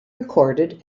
recorded